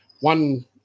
one